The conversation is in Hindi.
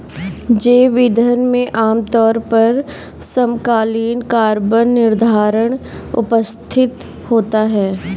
जैव ईंधन में आमतौर पर समकालीन कार्बन निर्धारण उपस्थित होता है